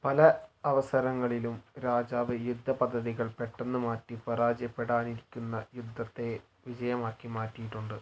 പല അവസരങ്ങളിലും രാജാവ് യുദ്ധ പദ്ധതികൾ പെട്ടെന്ന് മാറ്റി പരാജയപ്പെടാനിരിക്കുന്ന യുദ്ധത്തെ വിജയമാക്കി മാറ്റിയിട്ടുണ്ട്